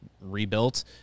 rebuilt